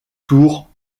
tour